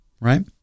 Right